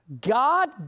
God